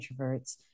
introverts